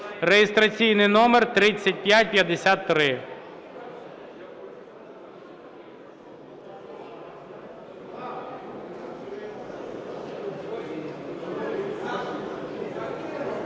(реєстраційний номер 3553).